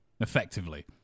Effectively